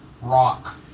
rock